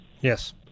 Yes